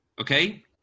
okay